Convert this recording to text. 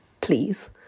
Please